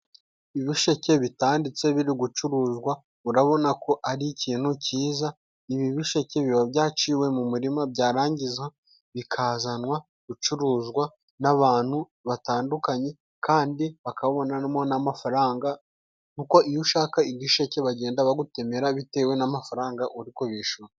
Ibisheke bitanditse biri gucuruzwa urabona ko ari ikintu kiza, ibi bisheke biba byaciwe mu murima byarangiza bikazanwa gucuruzwa n'abantu batandukanye, kandi bakabonamo n'amafaranga, kuko iyo ushaka igisheke bagenda bagutemera bitewe n'amafaranga uri kubishura.